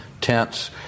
tents